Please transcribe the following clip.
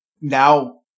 now